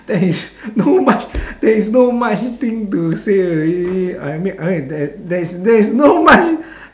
there is no much there is no much thing to say already I mean I uh there there is there is no much